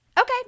Okay